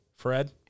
Fred